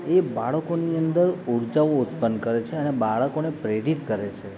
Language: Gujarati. એ બાળકોની અંદર ઉર્જાઓ ઉત્પન્ન કરે છે અને બાળકોને પ્રેરિત કરે છે